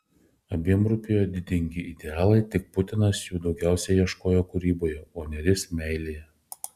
abiem rūpėjo didingi idealai tik putinas jų daugiau ieškojo kūryboje o nėris meilėje